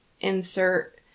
insert